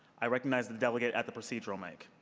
i recognize the delegate at the procedural mic.